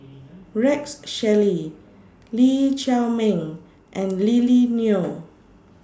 Rex Shelley Lee Chiaw Meng and Lily Neo